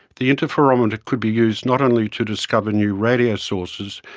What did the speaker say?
the interferometer could be used not only to discover new radio sources,